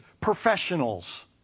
professionals